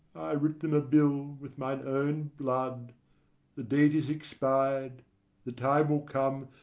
i writ them a bill with mine own blood the date is expired the time will come,